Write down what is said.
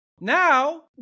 Now